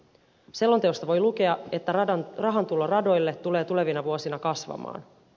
selonteosta voi lukea että rahantulo radoille tulee tulevina vuosina kasvamaan